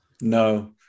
No